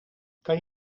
kan